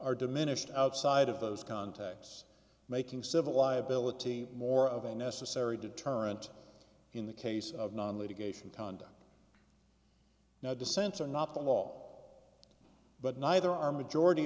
are diminished outside of those contexts making civil liability more of a necessary deterrent in the case of non litigation conduct now dissents are not the law but neither are majority